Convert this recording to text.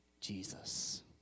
Jesus